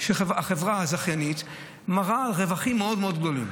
החברה הזכיינית מראה רווחים מאוד מאוד גדולים.